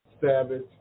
Savage